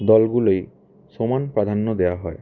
দলগুলোই সমান প্রাধান্য দেওয়া হয়